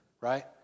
right